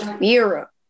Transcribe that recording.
Europe